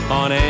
on